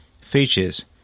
Features